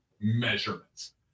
measurements